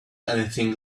anything